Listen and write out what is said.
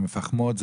המפחמות,